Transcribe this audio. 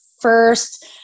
first